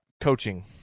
Coaching